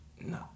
No